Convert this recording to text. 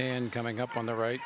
tan coming up on the right